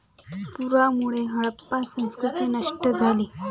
पुरामुळे हडप्पा संस्कृती नष्ट झाली